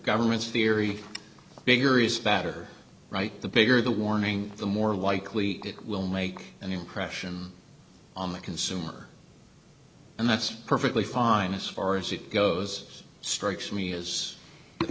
government's theory bigger is better right the bigger the warning the more likely it will make an impression on the consumer and that's perfectly fine if far as it goes strikes me is at